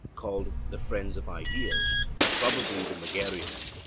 called the friends of ideas probably the megarians,